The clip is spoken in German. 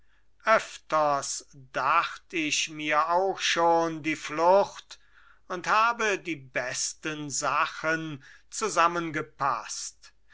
öfters dacht ich mir auch schon die flucht und habe die besten sachen zusammengepaßt